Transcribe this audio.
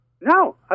No